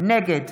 נגד